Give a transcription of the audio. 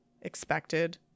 expected